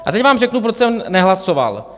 A teď vám řeknu, proč jsem nehlasoval.